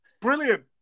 Brilliant